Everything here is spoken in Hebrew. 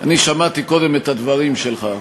שמעתי קודם את הדברים שלך,